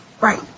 right